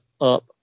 up